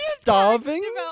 starving